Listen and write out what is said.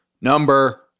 number